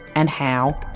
and how?